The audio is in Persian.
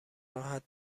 راحت